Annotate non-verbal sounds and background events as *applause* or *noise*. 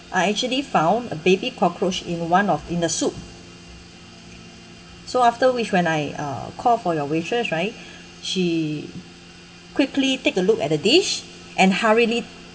I actually found a baby cockroach in one of in the soup so after which when I uh call for your waitress right *breath* she quickly take a look at the dish and hurriedly